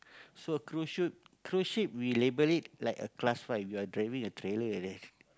so cruise ship cruise ship we label it like a class five we are driving a trailer like that